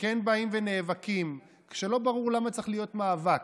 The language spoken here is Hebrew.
וכן באים ונאבקים, כשלא ברור למה צריך להיות מאבק,